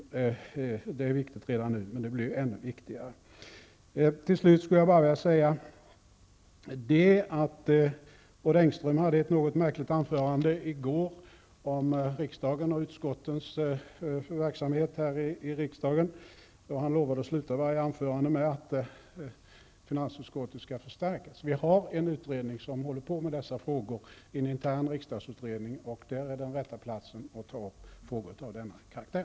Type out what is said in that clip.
Frågan är viktig redan nu, men den blir i så fall ännu viktigare. Odd Engström hade i går ett något märkligt anförande om riksdagen och utskottens verksamhet här i riksdagen. Han lovade då att sluta varje anförande med att finansutskottet skall förstärkas. Vi har en intern riksdagsutredning som håller på med dessa frågor, och det är den rätta platsen att ta upp frågor av denna karaktär.